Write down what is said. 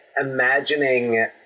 imagining